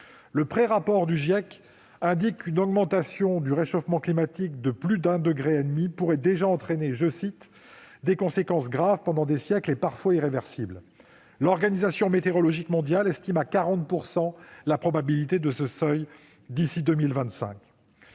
Le prérapport du GIEC indique qu'une augmentation du réchauffement climatique au-delà de 1,5 degré pourrait déjà entraîner « des conséquences graves, pendant des siècles, et parfois irréversibles ». L'organisation météorologique mondiale estime à 40 % la probabilité de dépasser ce seuil d'ici à 2025.